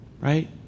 right